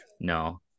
No